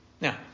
Now